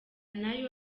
nayo